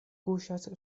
kuŝas